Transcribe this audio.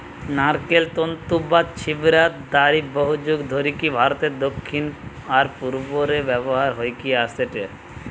নারকেল তন্তু বা ছিবড়ার দড়ি বহুযুগ ধরিকি ভারতের দক্ষিণ আর পূর্ব রে ব্যবহার হইকি অ্যাসেটে